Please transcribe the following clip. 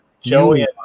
Joey